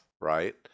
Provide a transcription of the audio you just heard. right